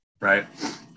right